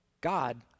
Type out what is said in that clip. God